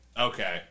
Okay